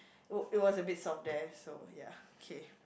wa~ it was a bit soft there so ya okay